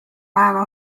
päeva